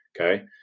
Okay